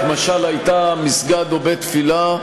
משל הייתה מסגד או בית-תפילה,